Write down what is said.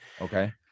okay